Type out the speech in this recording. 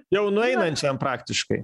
jau nueinančiam praktiškai